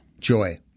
Joy